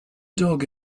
dog